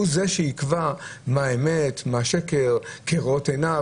שהוא זה שיקבע מה אמת ומה שקר כראות עיניו